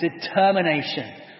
determination